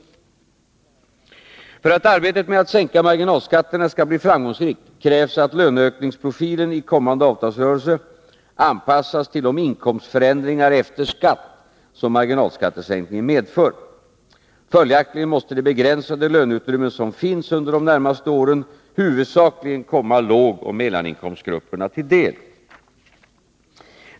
För att arbetet med att sänka marginalskatterna skall bli framgångsrikt krävs att löneökningsprofilen i kommande avtalsrörelse anpassas till de inkomstförändringar efter skatt som marginalskattesänkningen medför. Följaktligen måste det begränsade löneutrymme som finns under de närmaste åren huvudsakligen komma lågoch mellaninkomstgrupperna till del.